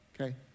okay